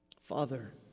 Father